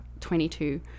22